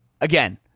Again